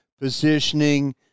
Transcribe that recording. positioning